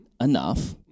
enough